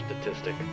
statistic